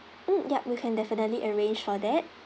mm yup we can definitely arrange for that